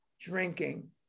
drinking